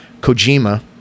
Kojima